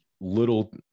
little